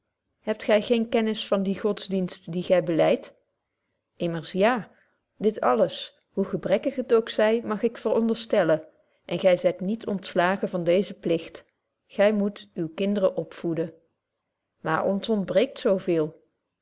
hebt gy geen kennis van dien godsdienst dien gy belydt immers ja dit alles hoe gebrekkig het ook zy mag ik onderstellen en gy zyt niet ontslagen van deezen pligt gy moet uwe kinderen opvoeden maar ons ontbreekt zo véél